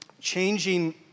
changing